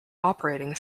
operating